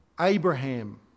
Abraham